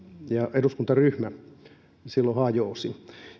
eduskuntaryhmä silloin hajosi